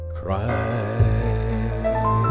cry